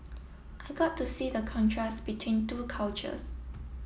I got to see the contrast between two cultures